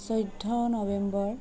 চৈধ্য নৱেম্বৰ